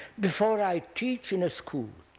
before i teach in a school?